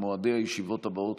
על מועדי הישיבות הבאות,